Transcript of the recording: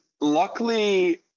luckily